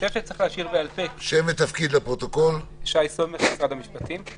חושב שצריך גם להשאיר את ה"בעל פה",